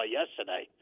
yesterday